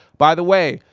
by the way,